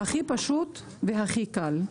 באופן הכי פשוט והכי קל.